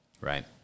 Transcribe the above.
right